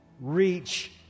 reach